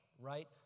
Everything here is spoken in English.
right